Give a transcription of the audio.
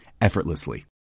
effortlessly